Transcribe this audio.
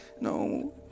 No